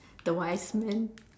the wise man